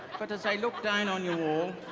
but as i look down on your wall,